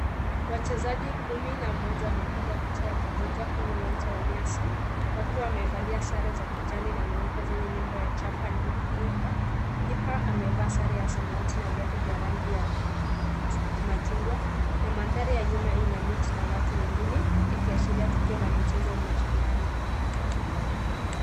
Wachezaji kumi na mmoja wamepiga picha ya pamoja kwenye uwanja wa nyasi wakiwa wamevalia na sare za kijani na nyeupe zenye nembo ya Chapa Dimba. Kipa amevaa sare ya samawati na viatu vya rangi ya machungwa na maanthari ya nyuma ina miti na watu wengine ikiashiria tukio la michezo au mashindani.